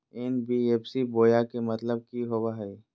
NBFC बोया के मतलब कि होवे हय?